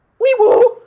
Wee-woo